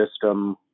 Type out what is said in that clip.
system